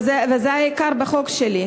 וזה העיקר בחוק שלי.